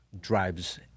drives